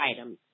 items